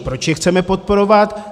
Proč je chceme podporovat?